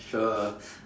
sure